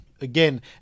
again